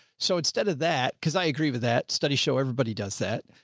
so instead of that, cause i agree with that study show. everybody does that.